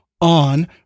on